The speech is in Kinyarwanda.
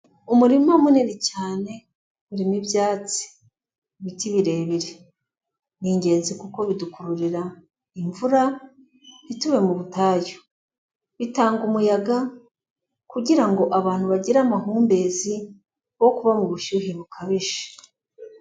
Umurima munini cyane urimo ibyatsi, ibiti birebire ni ingenzi kuko bidukururira imvura ntitube mu butayu, bitanga umuyaga kugira ngo abantu bagire amahumbezi bo kuba mu bushyuhe bukabije.